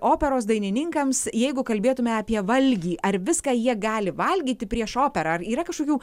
operos dainininkams jeigu kalbėtume apie valgį ar viską jie gali valgyti prieš operą ar yra kažkokių